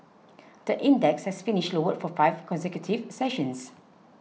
the index has finished lower for five consecutive sessions